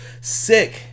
sick